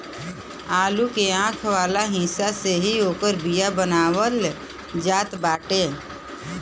आलू के आंख वाला हिस्सा से ही ओकर बिया बनावल जात बाटे